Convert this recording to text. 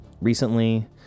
recently